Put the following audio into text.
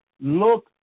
look